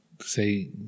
say